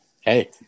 Hey